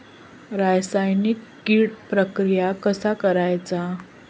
रासायनिक कीड प्रक्रिया कसा करायचा?